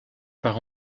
par